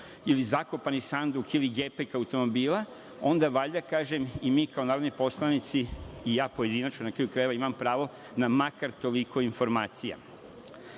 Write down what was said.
ili zakopani sanduk, ili gepek automobila, onda, valjda kažem, i mi kao narodni poslanici, i ja pojedinačno na kraju krajeva, imam pravo na makar toliko informacija.S